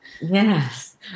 Yes